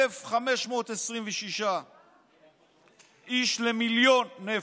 1,526 איש למיליון נפש,